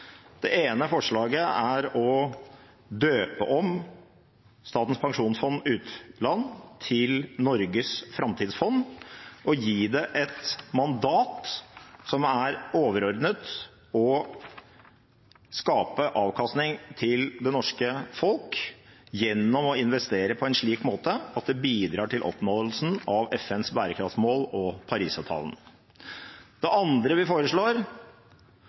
Det ene forslaget er å døpe om Statens pensjonsfond utland til Norges framtidsfond og gi det et mandat som er overordnet å skape avkastning til det norske folk, gjennom å investere på en slik måte at det bidrar til oppnåelsen av FNs bærekraftsmål og Paris-avtalen. Det andre vi foreslår,